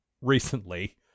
recently